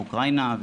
מאוקראינה,